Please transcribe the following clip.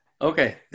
Okay